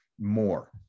more